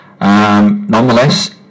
Nonetheless